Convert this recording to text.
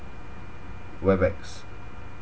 webex